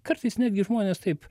kartais netgi žmonės taip